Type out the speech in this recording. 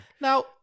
Now